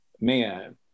man